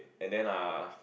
and then uh